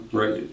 right